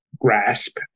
grasp